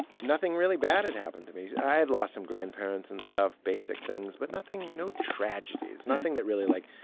nothing really bad had happened to me. i had lost some grandparents and stuff, basic things, but nothing no tragedies, nothing that really, like,